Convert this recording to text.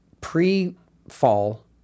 pre-fall